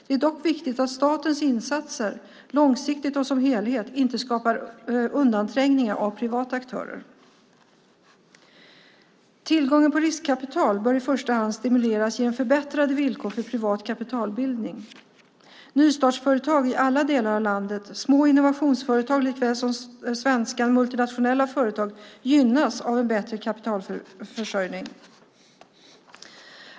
Det är dock viktigt att statens insatser, långsiktigt och som helhet, inte skapar undanträngningar av privata aktörer. Tillgången på riskkapital bör i första hand stimuleras genom förbättrade villkor för privat kapitalbildning. Nystartsföretag i alla delar av landet, små innovationsföretag likväl som svenska multinationella företag, gynnas av en bättre kapitalförsörjning.